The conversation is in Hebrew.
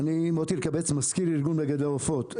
אני מוטי אלקבץ, מזכיר ארגון מגדלי העופות.